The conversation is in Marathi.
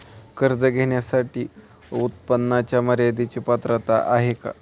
कर्ज घेण्यासाठी उत्पन्नाच्या मर्यदेची पात्रता आहे का?